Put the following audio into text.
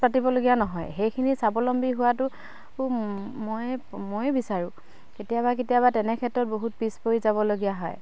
পাতিবলগীয়া নহয় সেইখিনি স্বাৱলম্বী হোৱটো মই ময়ো বিচাৰোঁ কেতিয়াবা কেতিয়াবা তেনেক্ষেত্ৰত বহুত পিছ পৰি যাবলগীয়া হয়